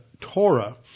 Torah